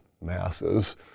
masses